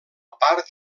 part